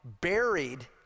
buried